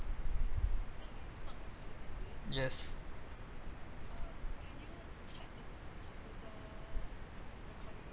yes